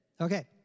Okay